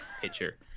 picture